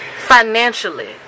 financially